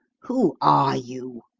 who are you?